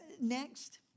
next